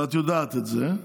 ואת יודעת את זה.